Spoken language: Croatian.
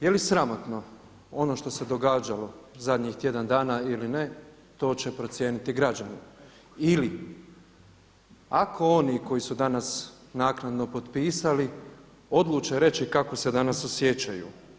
Jeli sramotno ono što se događalo zadnjih tjedan dana ili ne, to će procijeniti građani ili ako oni koji su danas naknadno potpisali odluče reći kako se danas osjećaju.